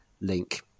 link